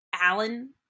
Alan